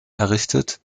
errichtet